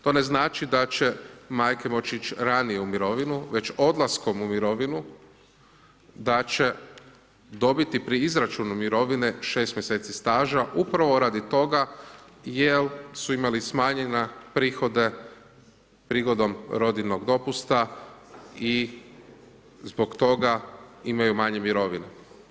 To ne znači da će majke moći ići ranije u mirovinu, već odlaskom u mirovinu da će dobiti pri izračunu mirovine 6 mjeseci staža, upravo radi toga jel su imali smanjenja prihode prigodom rodiljnog dopusta i zbog toga imaju manje mirovine.